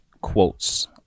quotes